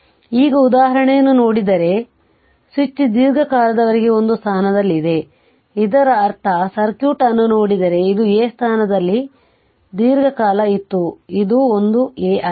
ಈಗ ಉದಾಹರಣೆಯನ್ನು ನೋಡಿದರೆ ಸ್ವಿಚ್ ದೀರ್ಘಕಾಲದವರೆಗೆ ಒಂದು ಸ್ಥಾನದಲ್ಲಿದೆ ಇದರರ್ಥ ಸರ್ಕ್ಯೂಟ್ ಅನ್ನು ನೋಡಿದರೆ ಇದು A ಸ್ಥಾನದಲ್ಲಿ ದೀರ್ಘಕಾಲ ಇತ್ತು ಇದು ಒಂದು A ಆಗಿದೆ